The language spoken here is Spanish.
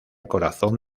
corazón